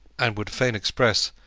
and would fain express,